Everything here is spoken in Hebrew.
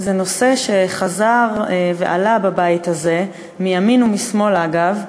זה נושא שחזר ועלה בבית הזה, מימין ומשמאל אגב,